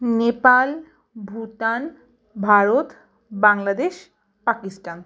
Nepal Bhutan Bharat Bangladesh Pakistan